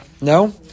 No